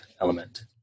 element